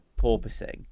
porpoising